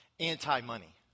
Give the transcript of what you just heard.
anti-money